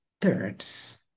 thirds